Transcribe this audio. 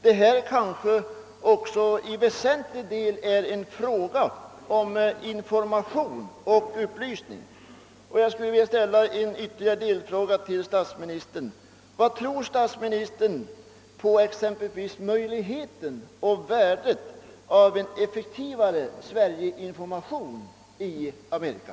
Detta kanske också till väsentlig del är en fråga om information och upplysning, och jag skulle vilja ställa ytterligare en delfråga till statsministern: Vad tror statsministern om exempelvis möjligheten och värdet av en effektivare Sverigeinformation i Amerika?